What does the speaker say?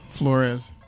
flores